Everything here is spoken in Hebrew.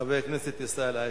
חבר הכנסת ישראל אייכלר.